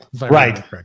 Right